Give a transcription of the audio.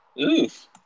Oof